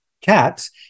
cats